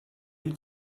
you